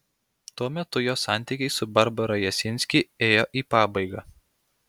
tuo metu jo santykiai su barbara jasinski ėjo į pabaigą